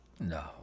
No